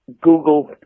Google